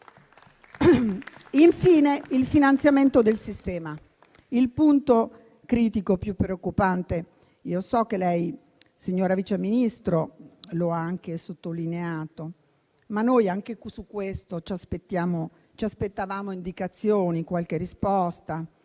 Infine, il finanziamento del sistema è il punto critico più preoccupante. So che lei, signora Vice ministro, lo ha anche sottolineato. Ma noi anche su questo ci aspettavamo indicazioni, qualche risposta,